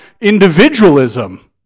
individualism